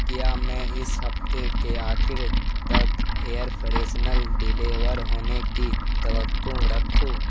کیا میں اس ہفتے کے آخر تک ایئر فریسنل ڈیلیور ہونے کی توقع رکھوں